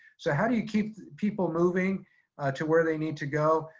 so how do you keep people moving to where they need to go,